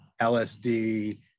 LSD